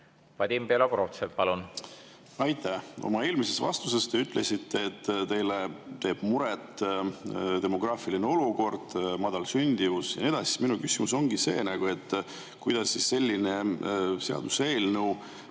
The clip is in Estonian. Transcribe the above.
Vadim Belobrovtsev, palun! Aitäh! Oma eelmises vastuses te ütlesite, et teile teeb muret demograafiline olukord, madal sündimus ja nii edasi. Minu küsimus ongi see: kuidas selline seaduseelnõu